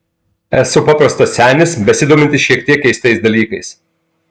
esu paprastas senis besidomintis šiek tiek keistais dalykais